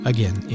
Again